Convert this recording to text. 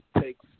Takes